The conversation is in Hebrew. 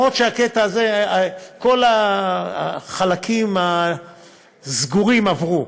כל החלקים הסגורים עברו.